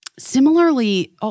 Similarly